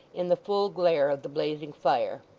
in the full glare of the blazing fire.